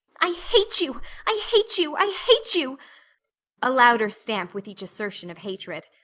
i hate you i hate you i hate you a louder stamp with each assertion of hatred.